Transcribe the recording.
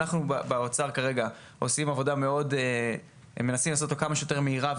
אנחנו באוצר כרגע מנסים לעשות את העבודה כמה שיותר מהירה,